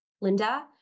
Linda